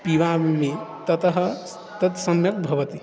पिबामि ततः तत् सम्यक् भवति